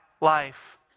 life